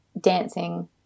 dancing